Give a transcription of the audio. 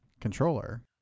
controller